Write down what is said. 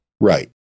Right